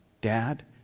Dad